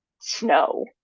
snow